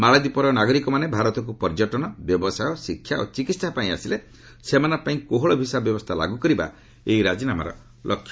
ମାଳଦ୍ୱୀପର ନାଗରିକମାନେ ଭାରତକୁ ପର୍ଯ୍ୟଟନ ବ୍ୟବସାୟ ଶିକ୍ଷା ଓ ଚିକିତ୍ସା ପାଇଁ ଆସିଲେ ସେମାନଙ୍କ ପାଇଁ କୋହଳ ଭିସା ବ୍ୟବସ୍ଥା ଲାଗୁ କରିବା ଏହି ରାଜିନାମାର ଲକ୍ଷ୍ୟ